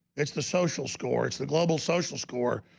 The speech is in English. it's the social score it's the global social score.